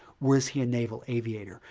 was he a naval aviator?